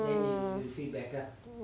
mm